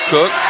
Cook